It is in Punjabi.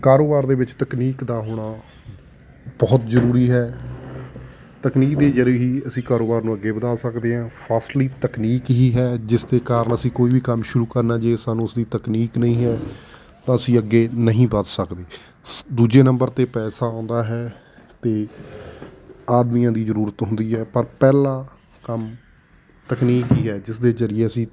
ਕਾਰੋਬਾਰ ਦੇ ਵਿੱਚ ਤਕਨੀਕ ਦਾ ਹੋਣਾ ਬਹੁਤ ਜ਼ਰੂਰੀ ਹੈ ਤਕਨੀਕ ਦੇ ਜ਼ਰੀਏ ਹੀ ਅਸੀਂ ਕਾਰੋਬਾਰ ਨੂੰ ਅੱਗੇ ਵਧਾ ਸਕਦੇ ਹਾਂ ਫਾਸਟਲੀ ਤਕਨੀਕ ਹੀ ਹੈ ਜਿਸ ਦੇ ਕਾਰਨ ਅਸੀਂ ਕੋਈ ਵੀ ਕੰਮ ਸ਼ੁਰੂ ਕਰਨਾ ਜੇ ਸਾਨੂੰ ਉਸਦੀ ਤਕਨੀਕ ਨਹੀਂ ਹੈ ਤਾਂ ਅਸੀਂ ਅੱਗੇ ਨਹੀਂ ਵਧ ਸਕਦੇ ਦੂਜੇ ਨੰਬਰ 'ਤੇ ਪੈਸਾ ਆਉਂਦਾ ਹੈ ਅਤੇ ਆਦਮੀਆਂ ਦੀ ਜ਼ਰੂਰਤ ਹੁੰਦੀ ਹੈ ਪਰ ਪਹਿਲਾ ਕੰਮ ਤਕਨੀਕ ਹੀ ਹੈ ਜਿਸ ਦੇ ਜ਼ਰੀਏ ਅਸੀਂ